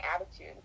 attitude